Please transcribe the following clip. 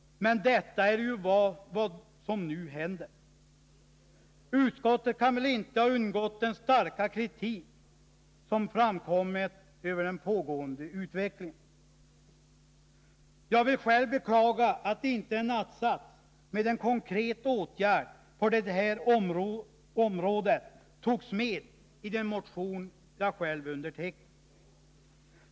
Men detta är ju vad som nu händer! Den starka kritik som framkommit över den pågående utvecklingen kan väl inte ha undgått utskottet? Jag beklagar att inte en att-sats med en konkret åtgärd på det här området togs med i den motion jag undertecknat.